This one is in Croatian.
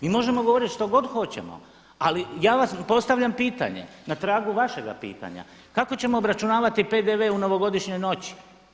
Mi možemo govoriti što god hoćemo, ali ja postavljam pitanje na tragu vašega pitanja kako ćemo obračunavati PDV u novogodišnjoj noći.